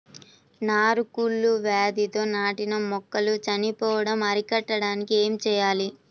నారు కుళ్ళు వ్యాధితో నాటిన మొక్కలు చనిపోవడం అరికట్టడానికి ఏమి చేయాలి?